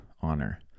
honor